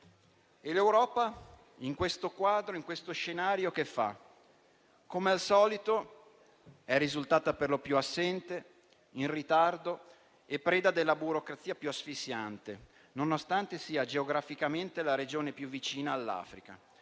E l'Europa in questo quadro, in questo scenario che fa? Come al solito, è risultata per lo più assente, in ritardo e preda della burocrazia più asfissiante, nonostante sia geograficamente la regione più vicina all'Africa